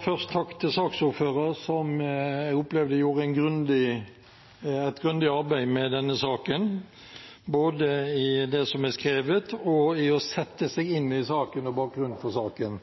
Først takk til saksordføreren, som jeg opplevde gjorde et grundig arbeid med denne saken, både i det som er skrevet, og med å sette seg inn i saken og bakgrunnen for den.